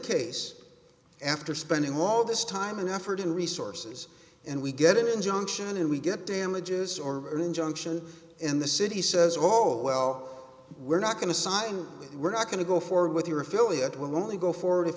case after spending all this time and effort and resources and we get an injunction and we get damages or an injunction in the city says all well we're not going to sign we're not going to go forward with your affiliate will only go forward if